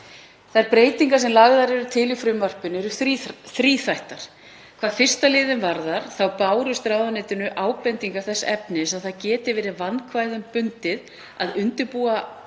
Þær breytingar sem lagðar eru til í frumvarpinu eru þríþættar. Hvað 1. liðinn varðar bárust ráðuneytinu ábendingar þess efnis að það geti verið vandkvæðum bundið að undirbúa fund